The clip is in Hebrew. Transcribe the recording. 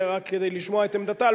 רק כדי לשמוע את עמדתה,